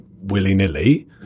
willy-nilly